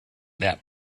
that